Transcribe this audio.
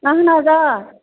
اَہن حظ آ